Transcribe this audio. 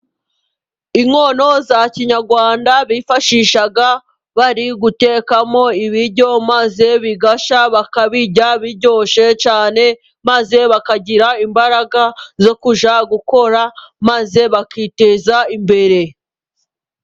Inkono za kinyarwanda bifashishaga bari gutekamo ibiryo, maze bigashya bakabirya biryoshye cyane, maze bakagira imbaraga zo kujya gukora, maze bakiteza imbere.